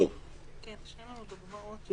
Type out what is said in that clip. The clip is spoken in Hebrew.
צוהריים טובים.